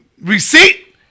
receipt